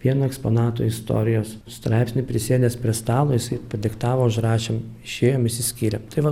vieno eksponato istorijos straipsnį prisėdęs prie stalo jisai padiktavo užrašėm išėjom išsiskyrėm tai va